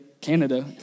Canada